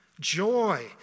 joy